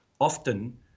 often